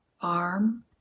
arm